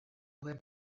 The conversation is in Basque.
duen